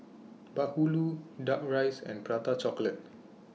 Bahulu Duck Rice and Prata Chocolate